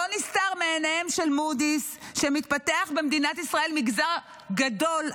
לא נסתר מעיניהם של מודי'ס שמתפתח במדינת ישראל מגזר גדול,